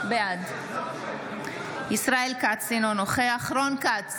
בעד ישראל כץ, אינו נוכח רון כץ,